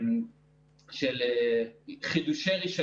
ממני.